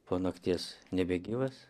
po nakties nebegyvas